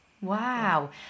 Wow